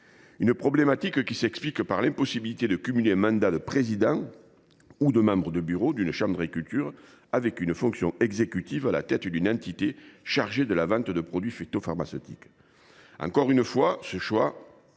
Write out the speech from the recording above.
territoires, en raison de l’impossibilité de cumuler un mandat de président ou de membre du bureau d’une chambre d’agriculture et une fonction exécutive à la tête d’une entité chargée de la vente de produits phytopharmaceutiques. Encore une fois, ce choix